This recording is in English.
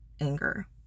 anger